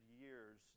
years